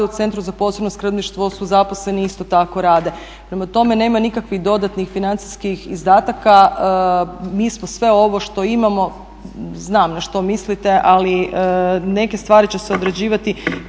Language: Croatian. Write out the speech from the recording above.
u Centru za posebno skrbništvo su zaposleni i isto tako rade, prema tome nema nikakvih dodatnih financijskih izdataka. Mi smo sve ovo što imamo, znam na što mislite, ali neke stvari će se odrađivati